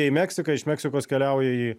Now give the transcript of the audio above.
į meksiką iš meksikos keliauja į